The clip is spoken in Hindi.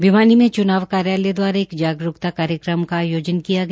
भिवानी में चूनाव कार्याल दवारा एक जागरूक्ता कार्यक्रम का आयोजन किया गया